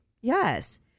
Yes